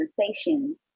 conversation